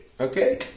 Okay